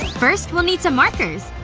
first, we'll need some markers